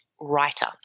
writer